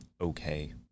okay